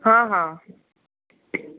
हा हा